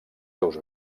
seus